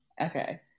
okay